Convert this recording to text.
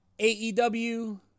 AEW